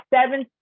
seven